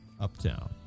Uptown